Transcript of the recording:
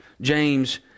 James